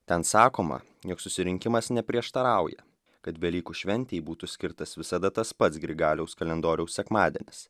ten sakoma jog susirinkimas neprieštarauja kad velykų šventei būtų skirtas visada tas pats grigaliaus kalendoriaus sekmadienis